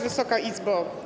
Wysoka Izbo!